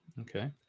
Okay